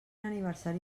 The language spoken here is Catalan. aniversari